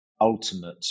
ultimate